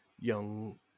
young